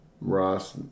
Ross